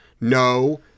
no